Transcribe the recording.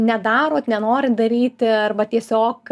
nedarot nenorit daryti arba tiesiog